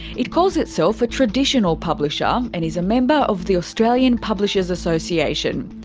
it calls itself a traditional publisher and is a member of the australian publishers association.